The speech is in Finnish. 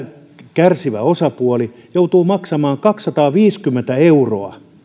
kärsivä osapuoli joutuu maksamaan kaksisataaviisikymmentä euroa